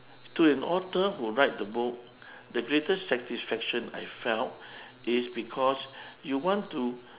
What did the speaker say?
to an author who write the book the greatest satisfaction I felt is because you want to